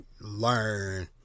learn